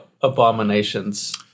Abominations